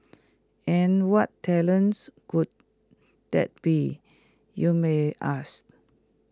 and what talents could that be you may ask